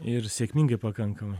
ir sėkmingai pakankamai